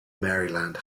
maryland